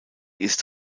ist